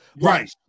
Right